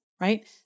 right